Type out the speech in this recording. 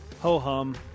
Ho-hum